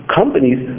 companies